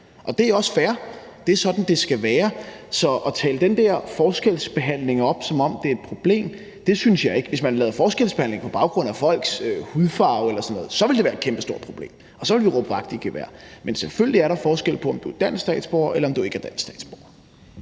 og det er også fair. Det er sådan, det skal være. Så at tale den der forskelsbehandling op, som om det er et problem, synes jeg ikke man skal. Hvis man lavede forskelsbehandling på baggrund af folks hudfarve eller sådan noget, ville det være et kæmpe stort problem, og så ville vi råbe vagt i gevær. Men selvfølgelig er der forskel på, om du er dansk statsborger, eller om du ikke er dansk statsborger.